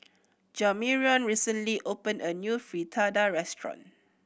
Jamarion recently opened a new Fritada restaurant